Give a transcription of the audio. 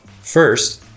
First